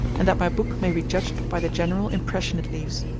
and that my book may be judged by the general impression it leaves,